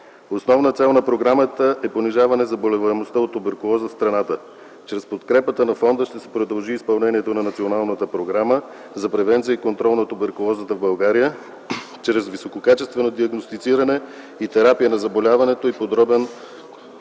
Основна цел на програмата е понижаване заболеваемостта от туберкулоза в страната. Чрез подкрепата на фонда ще се продължи изпълнението на Националната програма за превенция и контрол на туберкулозата в България чрез висококачествено диагностициране и терапия на заболяването и подобрен контрол